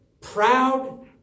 Proud